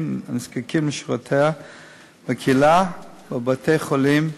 הנזקקים לשירותיה בקהילה ובבתי-חולים,